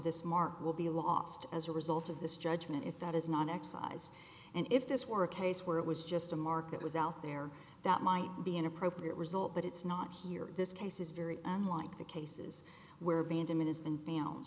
this mark will be lost as a result of this judgment if that is not excise and if this were a case where it was just a market was out there that might be an appropriate result but it's not here this case is very unlike the cases where abandonment has been